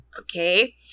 Okay